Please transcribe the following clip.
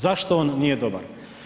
Zašto on nije dobar?